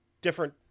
different